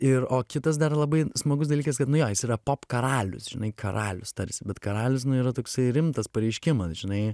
ir o kitas dar labai smagus dalykas kad nu jo jis yra pop karalius karalius tarsi bet karalius yra toksai rimtas pareiškimas žinai